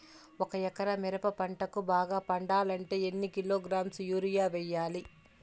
ఒక ఎకరా మిరప పంటకు బాగా పండాలంటే ఎన్ని కిలోగ్రామ్స్ యూరియ వెయ్యాలి?